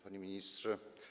Panie Ministrze!